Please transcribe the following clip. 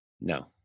no